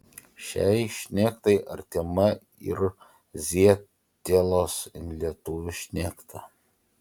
šiai šnektai artima ir zietelos lietuvių šnekta